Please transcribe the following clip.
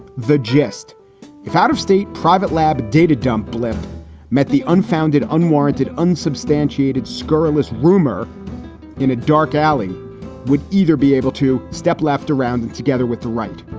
the gist of out-of-state private lab data dump blair met the unfounded, unwarranted, unsubstantiated, scurrilous rumor in a dark alley would either be able to step left around together with the right